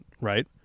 right